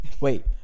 Wait